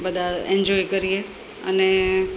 બધા એન્જોય કરીએ અને